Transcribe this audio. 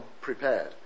prepared